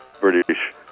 British